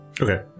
okay